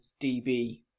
dB